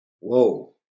Whoa